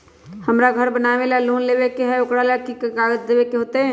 हमरा घर बनाबे ला लोन लेबे के है, ओकरा ला कि कि काग़ज देबे के होयत?